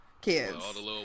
kids